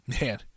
Man